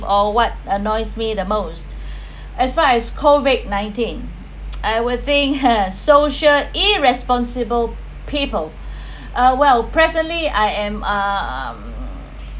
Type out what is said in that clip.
or what annoys me the most as far as COVID nineteen I will think uh social irresponsible people uh well presently I am um